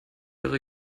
ihre